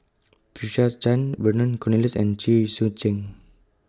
Patricia Chan Vernon Cornelius and Chen Sucheng